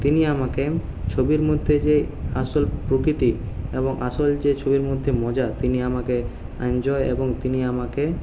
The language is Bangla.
তিনি আমাকে ছবির মধ্যে যে আসল প্রকৃতি এবং আসল যে ছবির মধ্যে মজা তিনি আমাকে এনজয় এবং তিনি আমাকে